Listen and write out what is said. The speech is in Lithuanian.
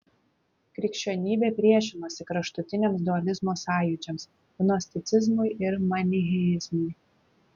krikščionybė priešinosi kraštutiniams dualizmo sąjūdžiams gnosticizmui ir manicheizmui